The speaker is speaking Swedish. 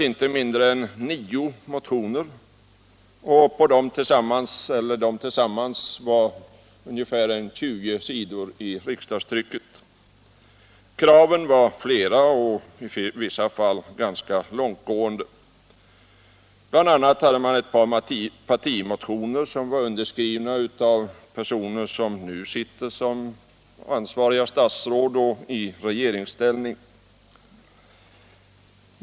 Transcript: Inte mindre än nio motioner väcktes, och tillsammans upptog de ungefär 20 sidor i riksdagstrycket. Kraven var flera och i vissa fall ganska långtgående. BI. a. fanns ett par partimotioner som var underskrivna av personer som nu sitter som statsråd i regeringsställning.